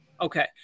okay